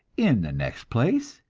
in the next place,